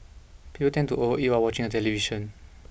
people tend to overeat while watching the television